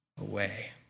away